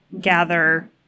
gather